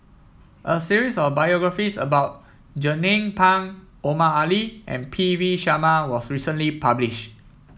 a series of biographies about Jernnine Pang Omar Ali and P V Sharma was recently published